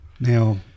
Now